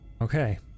Okay